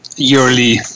yearly